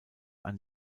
ein